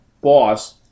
boss